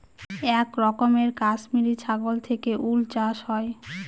এক রকমের কাশ্মিরী ছাগল থেকে উল চাষ হয়